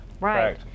Right